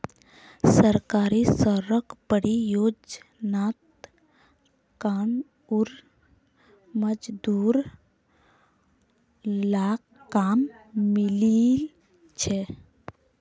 सरकारी सड़क परियोजनात गांउर मजदूर लाक काम मिलील छ